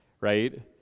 right